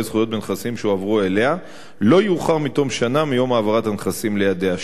זכויות בנכסים שהועברו אליה לא יאוחר מתום שנה מיום העברת הנכסים לידיה,